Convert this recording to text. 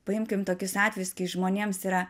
paimkim tokius atvejus kai žmonėms yra